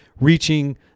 reaching